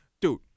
Dude